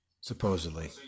supposedly